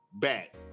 Back